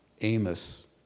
Amos